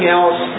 else